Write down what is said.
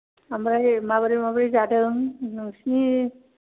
ओमफ्राय माबोरै माबोरै जादों नोंसोरनि